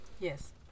Yes